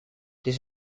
this